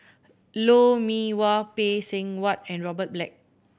Lou Mee Wah Phay Seng Whatt and Robert Black